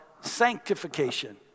sanctification